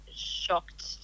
shocked